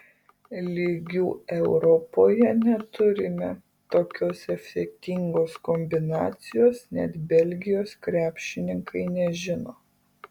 lygių europoje neturime tokios efektingos kombinacijos net belgijos krepšininkai nežino